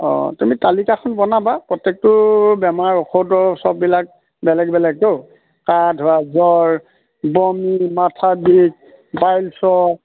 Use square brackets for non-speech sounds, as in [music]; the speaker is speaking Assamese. অঁ তুমি তালিকাখন বনাবা প্ৰত্যেকটো বেমাৰ ঔষধৰ চববিলাক বেলেগ বেলেগতো [unintelligible] ধৰা জ্বৰ বমি মাথা বিষ [unintelligible]